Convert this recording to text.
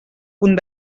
punt